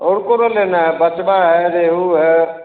और कौरो लेना है बचवा है रेवु है